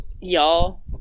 y'all